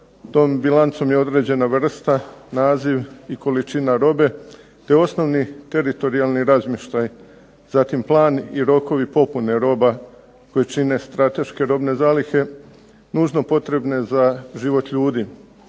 bilancom je određena vrsta, naziv i količina robe, te osnovni teritorijalni razmještaj, zatim plan i rokovi popune roba koji čine strateške robne zalihe nužno potrebne za život ljudi,